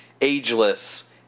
ageless